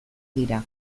dira